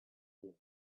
walls